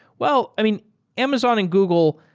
well, i mean amazon and google,